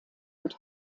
und